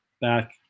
back